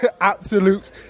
Absolute